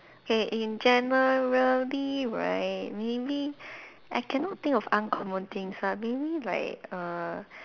okay in generally right maybe I cannot think of uncommon things ah maybe like err